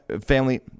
family